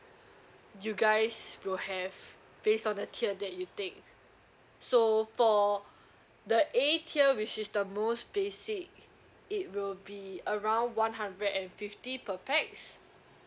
you guys will have based on the tier that you take so for the A tier which is the most basic it will be around one hundred and fifty per pax